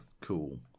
cool